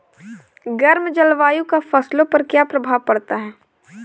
गर्म जलवायु का फसलों पर क्या प्रभाव पड़ता है?